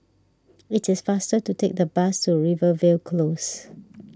it is faster to take the bus to Rivervale Close